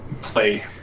play